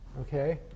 Okay